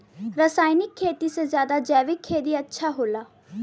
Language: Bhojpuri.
रासायनिक खेती से ज्यादा जैविक खेती अच्छा होला